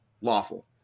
lawful